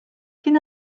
kien